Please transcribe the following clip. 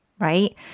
Right